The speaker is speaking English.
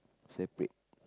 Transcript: separate